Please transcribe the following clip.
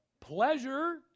pleasure